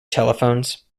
telephones